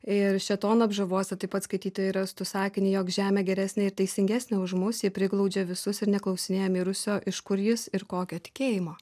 ir šėtono apžavuose taip pat skaitytojai rastų sakinį jog žemė geresnė ir teisingesnė už mus ji priglaudžia visus ir neklausinėja mirusio iš kur jis ir kokio tikėjimo